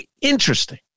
interesting